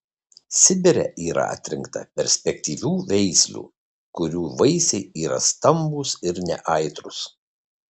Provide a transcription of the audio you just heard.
sibire yra atrinkta perspektyvių veislių kurių vaisiai yra stambūs ir neaitrūs